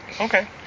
Okay